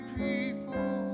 people